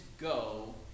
go